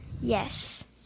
Yes